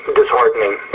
disheartening